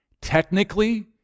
Technically